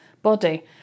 Body